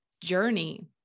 journey